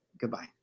goodbye